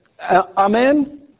Amen